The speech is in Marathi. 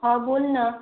हो बोल ना